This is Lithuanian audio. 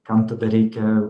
kam tada reikia